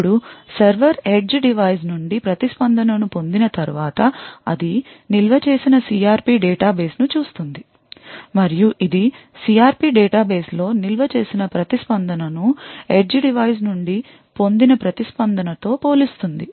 ఇప్పుడు server edge device నుండి ప్రతిస్పందనను పొందిన తర్వాత అది నిల్వ చేసిన CRP డేటాబేస్ను చూస్తుంది మరియు ఇది CRP డేటాబేస్ లో నిల్వ చేసిన ప్రతిస్పందనను edge డివైస్ నుండి పొందిన ప్రతిస్పందనతో పోలుస్తుంది